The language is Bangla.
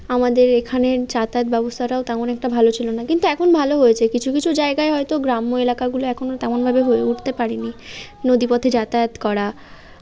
আমাদের এখানের যাতায়াত ব্যবস্থাটাও তেমন একটা ভালো ছিল না কিন্তু এখন ভালো হয়েছে কিছু কিছু জায়গায় হয়তো গ্রাম্য এলাকাগুলো এখনও তেমনভাবে হয়ে উঠতে পারে নি নদীপথে যাতায়াত করা